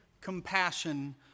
compassion